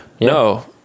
No